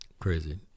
crazy